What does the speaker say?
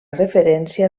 referència